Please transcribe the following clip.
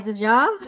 y'all